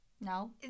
no